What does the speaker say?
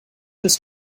his